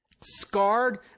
scarred